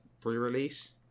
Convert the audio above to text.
pre-release